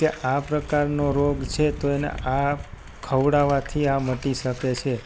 કે આ પ્રકારનો રોગ છે તો એને આ ખવડાવવાથી આ મટી શકે છે